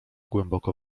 głęboko